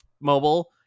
mobile